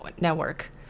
Network